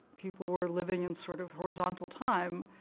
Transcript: people were living in sort of horizontal time.